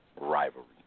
rivalry